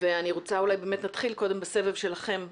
אני רוצה שנתחיל בסבב שלכם,